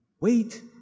Wait